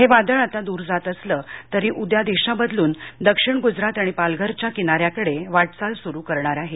हे वादळ आता दूर जात असलं तरी उद्या दिशा बदलून दक्षिण गुजरात आणि पालघरच्या किनारयाकडे वाटचाल सुरू करणार आहे